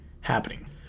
happening